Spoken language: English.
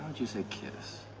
would you say kiss?